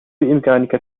بإمكانك